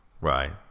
Right